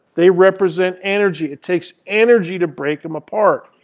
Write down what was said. they represent energy. it takes energy to break them apart.